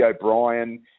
O'Brien